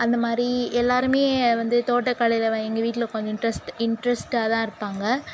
அந்த மாதிரி எல்லோருமே வந்து தோட்டக்கலையில் வ எங்கள் வீட்டில் கொஞ்சம் ட்ரெஸ்ட் இன்ட்ரெஸ்ட்டாக தான் இருப்பாங்க